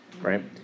right